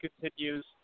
continues